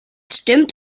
stimmt